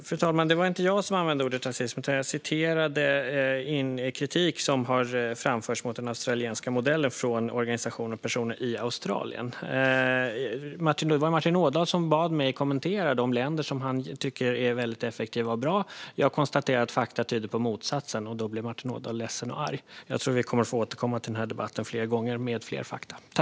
Fru talman! Det var inte jag som använde ordet rasism, utan jag citerade från kritik som har framförts mot den australiska modellen från organisationer och personer i Australien. Martin Ådahl bad mig kommentera de länder som han tycker är effektiva och bra. Jag konstaterade att fakta tyder på motsatsen, och då blev Martin Ådahl ledsen och arg. Jag tror att vi kommer att få återkomma till denna debatt fler gånger med fler fakta.